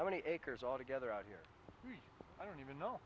how many acres altogether out here i don't even know